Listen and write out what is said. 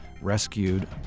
rescued